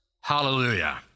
Hallelujah